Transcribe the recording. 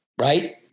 Right